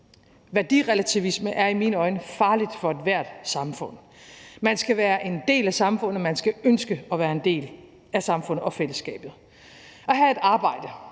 Værdirelativisme er i mine øjne farligt for ethvert samfund. Man skal være en del af samfundet. Man skal ønske at være en del af samfundet og fællesskabet. Jeg ved godt,